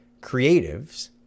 Creatives